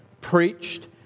preached